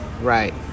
Right